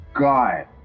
guy